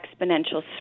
exponential